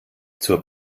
zur